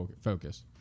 focus